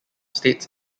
states